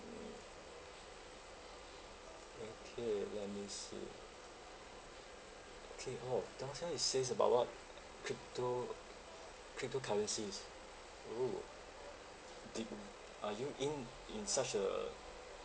mm okay let me see okay oh downstairs it says about what crypto cryptocurrencies !woo! did are you in in such a